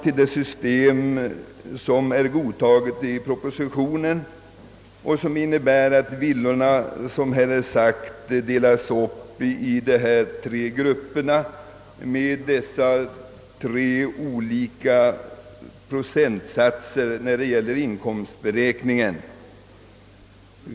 I detta läge återstod det i propositionen framlagda förslaget, vilket innebär att villorna delas upp i tre grupper med olika procentsatser som grund för inkomstberäkningen.